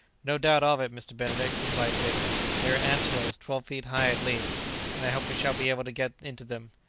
no doubt of it, mr. benedict. replied dick they are ant-hills twelve feet high at least and i hope we shall be able to get into them.